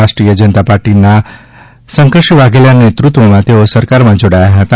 રાષ્ટ્રીય જનતા પાર્ટીના શ્રી શંકરસિંહ વાઘેલાના નેતૃત્વમાં તેઓ સરકારમાં જોડાયા હતા